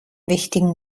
wichtigen